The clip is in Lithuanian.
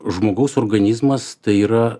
žmogaus organizmas tai yra